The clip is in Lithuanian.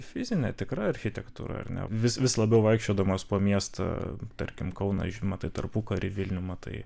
fizinė tikra architektūra ar ne vis vis labiau vaikščiodamas po miestą tarkim kauną matai tarpukarį vilnių matai